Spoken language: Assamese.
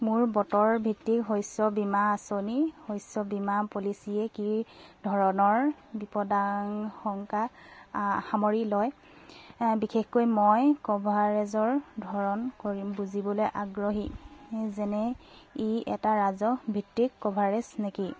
মোৰ বতৰ ভিত্তিক শস্য বীমা আঁচনি শস্য বীমা পলিচীয়ে কি ধৰণৰ বিপদশংকা সামৰি লয় বিশেষকৈ মই কভাৰেজৰ ধৰণ বুজিবলৈ আগ্ৰহী যেনে ই এটা ৰাজহ ভিত্তিক কভাৰেজ নেকি